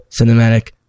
cinematic